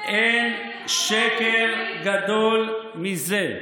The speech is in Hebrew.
גם בהסכמים הקואליציוניים זה, אין שקר גדול מזה.